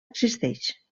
existeix